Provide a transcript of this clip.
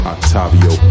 Octavio